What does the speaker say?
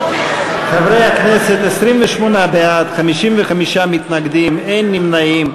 חברי הכנסת, 28 בעד, 55 מתנגדים, אין נמנעים.